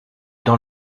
dans